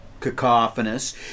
cacophonous